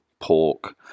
pork